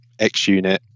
XUnit